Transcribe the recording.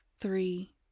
three